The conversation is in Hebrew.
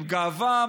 עם גאווה,